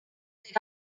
that